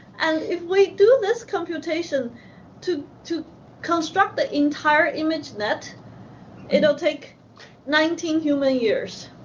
and if we do this computation to to construct the entire imagenet, it'll take nineteen human years.